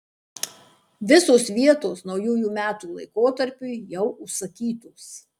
visos vietos naujųjų metų laikotarpiui jau užsakytos